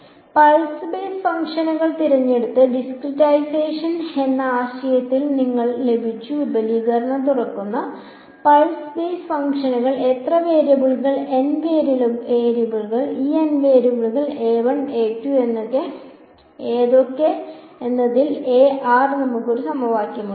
അതിനാൽ pulse base ഫംഗ്ഷനുകൾ തിരഞ്ഞെടുത്ത് ഡിസ്ക്രിറ്റൈസേഷൻ എന്ന ആശയത്തിൽ നിന്ന് ആരംഭിച്ച് വിപുലീകരണം തുറക്കുന്ന പൾസ് ബേസ് ഫംഗ്ഷനുകൾ എത്ര വേരിയബിളുകൾ N വേരിയബിളുകൾ ഈ N വേരിയബിളുകൾ ഏതൊക്കെ എന്നതിൽ നമുക്ക് ഒരു സമവാക്യമുണ്ട്